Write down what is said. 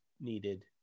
needed